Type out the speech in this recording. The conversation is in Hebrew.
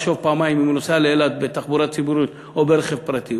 לחשוב פעמיים אם הוא נוסע לאילת בתחבורה ציבורית או ברכב פרטי,